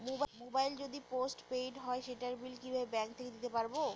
Mobile যদি postpaid হয় সেটার বিল কিভাবে ব্যাংক থেকে দিতে পারব?